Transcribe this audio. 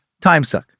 timesuck